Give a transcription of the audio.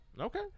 Okay